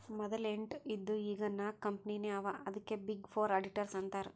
ಮದಲ ಎಂಟ್ ಇದ್ದು ಈಗ್ ನಾಕ್ ಕಂಪನಿನೇ ಅವಾ ಅದ್ಕೆ ಬಿಗ್ ಫೋರ್ ಅಡಿಟರ್ಸ್ ಅಂತಾರ್